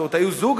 היו זוג,